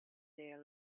their